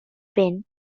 been